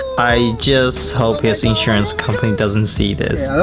i just hope his insurance company doesn't see this.